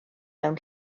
mewn